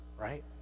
right